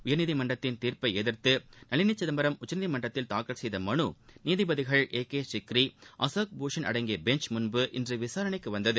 உயர்நீதி மன்றத்தின் தீர்ப்பை எதிர்த்து நளினி சிதம்பரம் உச்ச நீதிமன்றத்தில் தாக்கல் செய்த மனு இன்று நீ திபதிகள் ஏ கே சிக்ரி அசோக் பூஷன் அடங்கிய பெஞ்ச் முன்பு இன்று விசாரணைக்கு வந்தது